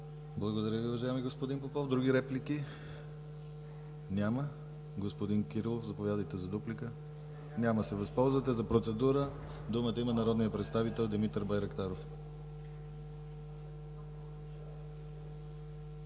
Благодаря Ви, уважаеми господин Попов. Други реплики? Няма. Господин Кирилов, заповядайте за дуплика. Няма да се възползвате. За процедура думата има народният представител Димитър Байрактаров.